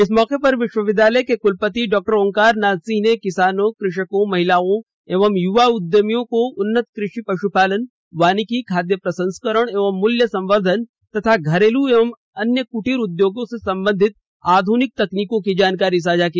इस मौके पर विश्वविद्यालय के क्लपति डॉ ओमकार नाथ सिंह ने किसानों कृषक महिलाओं एवं युवा उद्यमियों को उन्नत कृषि पशुपालन वानिकी खाद्य प्रसंस्करण एवं मूल्य संवर्धन तथा घरेलू एवं अन्य कुटीर उद्योगों सें संबंधित आधुनिक तकनीकों की जानकारी साझा की